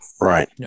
Right